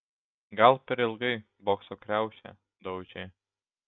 gal per ilgai bokso kriaušę daužė